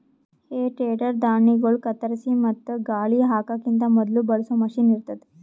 ಹೇ tedder ಧಾಣ್ಣಿಗೊಳ್ ಕತ್ತರಿಸಿ ಮತ್ತ ಗಾಳಿ ಹಾಕಕಿಂತ ಮೊದುಲ ಬಳಸೋ ಮಷೀನ್ ಇರ್ತದ್